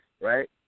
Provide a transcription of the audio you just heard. right